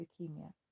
Leukemia